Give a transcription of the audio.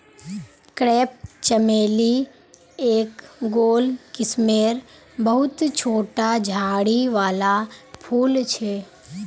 crepe चमेली एक गोल किस्मेर बहुत छोटा झाड़ी वाला फूल छे